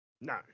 no